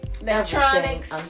electronics